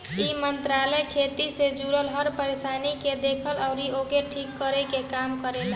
इ मंत्रालय खेती से जुड़ल हर परेशानी के देखेला अउरी ओके ठीक करे के काम करेला